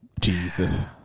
Jesus